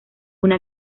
una